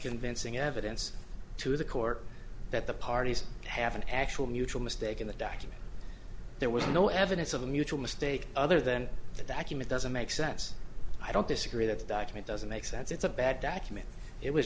convincing evidence to the court that the parties have an actual mutual mistake in the document there was no evidence of a mutual mistake other than the document doesn't make sense i don't disagree that the document doesn't make sense it's a bad document it was